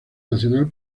nacional